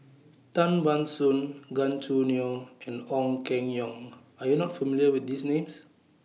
Tan Ban Soon Gan Choo Neo and Ong Keng Yong Are YOU not familiar with These Names